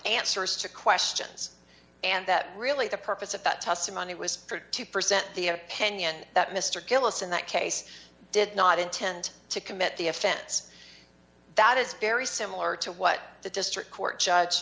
answers to questions and that really the purpose of that testimony was to present the opinion that mr gillis in that case did not intent to commit the offense that is very similar to what the district court judge